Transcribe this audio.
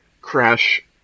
crash